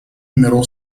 middle